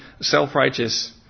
self-righteous